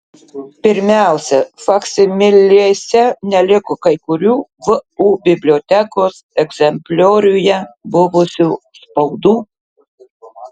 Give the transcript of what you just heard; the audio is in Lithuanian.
pirmiausia faksimilėse neliko kai kurių vu bibliotekos egzemplioriuje buvusių spaudų